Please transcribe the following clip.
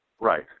right